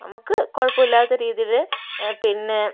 നമുക്ക് കുഴപ്പമില്ലാത്ത രീതിയിൽ പിന്നെ